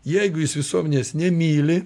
jeigu jis visuomenės nemyli